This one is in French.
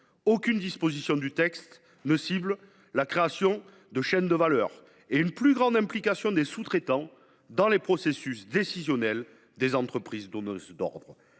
Aucune disposition du texte ne cible la création de chaînes de valeurs ou n’évoque une plus grande implication des sous-traitants dans les processus décisionnels des entreprises donneuses d’ordres.